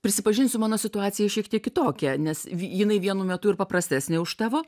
prisipažinsiu mano situacija šiek tiek kitokia nes vi jinai vienu metu ir paprastesnė už tavo